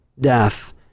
death